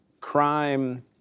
crime